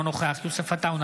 אינו נוכח יוסף עטאונה,